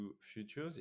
futures